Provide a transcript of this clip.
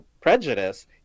prejudice